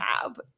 tab